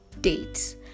dates